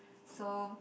so